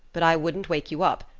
but i wouldn't wake you up.